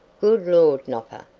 good lord, nopper,